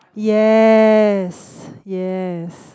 yes yes